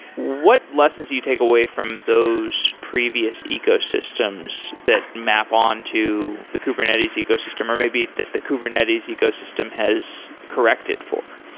what lessons do you take away from those previous ecosystems that map on to the kubernetes ecosystem, or maybe that the kubernetes ecosystem has corrected for?